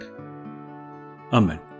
Amen